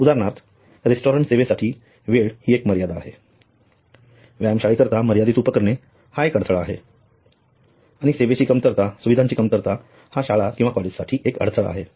उदाहरणार्थ रेस्टॉरंट सेवांसाठी वेळ ही एक मर्यादा आहे व्यायामशाळेकरिता मर्यादित उपकरणे हा एक अडथळा आहे आणि सुविधाची कमतरता हा शाळा किंवा कॉलेजसाठी एक अडथळा आहे